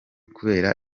kubera